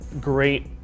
great